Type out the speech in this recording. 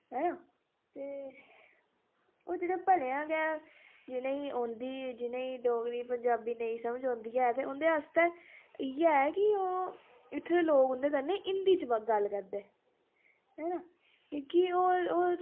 हैना ते ओह् जेह्ड़ा भलेंआं गै जि'नें औंदी जि'नें डोगरी पंजाबी नेईं समझ औंदी ऐ ते उन्धे आस्तै इयै कि इत्तें दे लोद सउंदे कन्नै हिन्दी च गल्ल करदे हैना कि होर